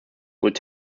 sowohl